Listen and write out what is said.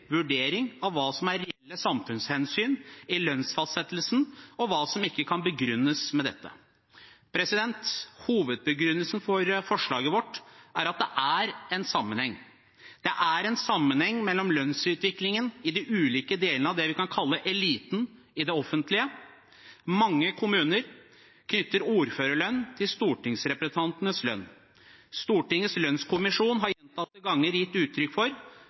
vurdering av hva som er reelle samfunnshensyn i lønnsfastsettelsen, og hva som ikke kan begrunnes med dette. Hovedbegrunnelsen for forslaget vårt er at det er en sammenheng. Det er en sammenheng mellom lønnsutviklingen i de ulike delene av det vi kan kalle eliten i det offentlige – mange kommuner knytter ordførerlønn til stortingsrepresentantenes lønn. Stortingets lønnskommisjon har gjentatte ganger gitt uttrykk for